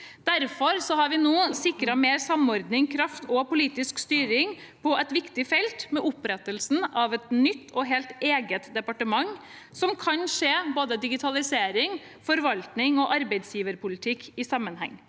Derfor har vi nå sikret mer samordning, kraft og politisk styring på et viktig felt – med opprettelsen av et nytt og helt eget departement som kan se både digitalisering, forvaltning og arbeidsgiverpolitikk i sammenheng.